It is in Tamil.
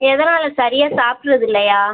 எதனால் சரியா சாப்பிட்றது இல்லையா